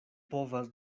povas